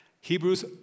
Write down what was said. Hebrews